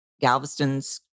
Galveston's